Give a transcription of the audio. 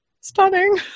stunning